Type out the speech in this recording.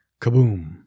kaboom